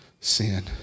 sin